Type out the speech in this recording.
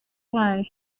wanyu